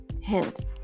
Hint